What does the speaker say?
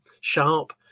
sharp